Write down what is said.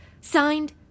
Signed